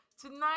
tonight